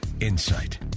insight